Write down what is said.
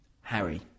Harry